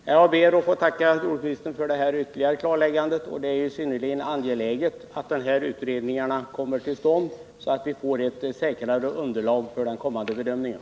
Herr talman! Jag ber att få tacka jordbruksministern för det ytterligare klarläggandet. Det är synnerligen angeläget att vidare utredningar kommer till stånd så att vi får ett säkrare underlag för den kommande bedömningen.